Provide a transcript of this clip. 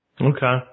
Okay